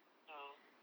no